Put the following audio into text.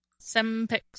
SemPix